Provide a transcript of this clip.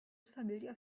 familiar